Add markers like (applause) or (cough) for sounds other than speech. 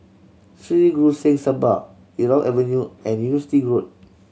Sri Guru Singh Sabha Irau Avenue and (unintelligible) Road